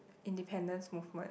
independence movement